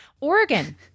Oregon